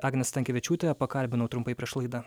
agnę stankevičiūtę pakalbinau trumpai prieš laidą